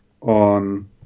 on